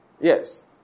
Yes